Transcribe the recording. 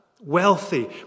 wealthy